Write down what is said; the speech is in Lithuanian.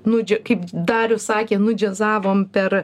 nudžiu kaip darius sakė nudžiazavom per